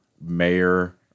mayor